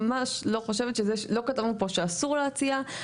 כתבנו פה שאסור להציע.